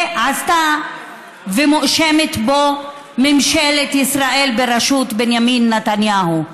את זה עשתה ובזה מואשמת ממשלת ישראל בראשות בנימין נתניהו.